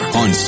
on